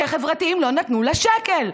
כי החברתיים לא נתנו לה שקל.